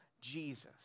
Jesus